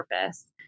purpose